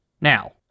Now